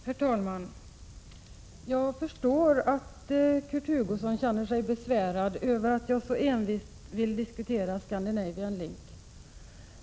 Herr talman! Jag förstår att Kurt Hugosson känner sig besvärad över att jag så envist vill diskutera Scandinavian Link.